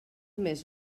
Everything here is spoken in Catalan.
més